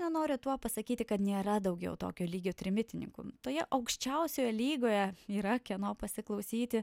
nenori tuo pasakyti kad nėra daugiau tokio lygio trimitininkų toje aukščiausioje lygoje yra kieno pasiklausyti